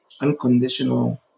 unconditional